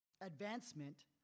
advancement